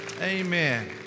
amen